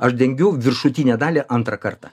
aš dengiu viršutinę dalį antrą kartą